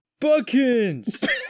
Buckins